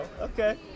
okay